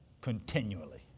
continually